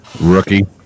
Rookie